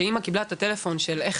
כשאמא קיבלה מהם את שיחת הטלפון על איך